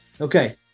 Okay